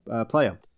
player